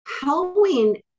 Halloween